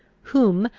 whom,